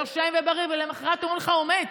נושם ובריא ולמוחרת אומרים לך שהוא מת,